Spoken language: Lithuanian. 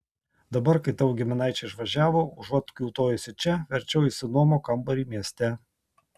dabar kai tavo giminaičiai išvažiavo užuot kiūtojusi čia verčiau išsinuomok kambarį mieste